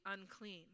unclean